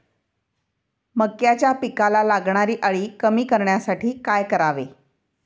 मक्याच्या पिकाला लागणारी अळी कमी करण्यासाठी काय करावे?